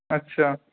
اچھا